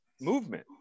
movement